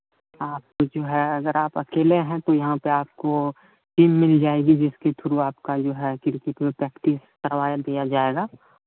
आपको जो है अगर आप अकेले हैं तो यहाँ पर आपको टीम मिल जाएगी जिसके थ्रू आपका जो है क्रिकेट में प्रैक्टिस करवा दिया जाएगा